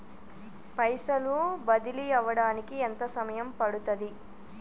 పైసలు బదిలీ అవడానికి ఎంత సమయం పడుతది?